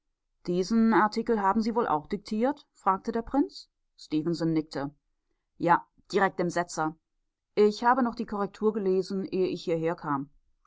diesen artikel haben sie wohl auch diktiert fragte der prinz stefenson nickte ja direkt dem setzer ich hab noch die korrektur gelesen ehe ich hierherkam sie